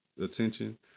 attention